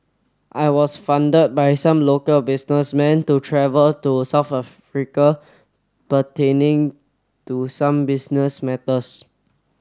I was funded by some local businessman to travel to South Africa pertaining to some business matters